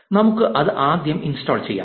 നമുക്ക് അത് ആദ്യം ഇൻസ്റ്റാൾ ചെയ്യാം